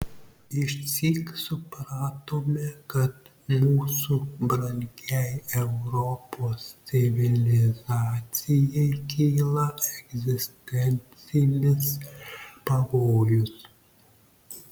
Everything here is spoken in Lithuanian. išsyk supratome kad mūsų brangiai europos civilizacijai kyla egzistencinis pavojus